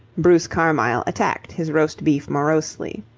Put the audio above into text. bruce carmyle attacked his roast beef morosely.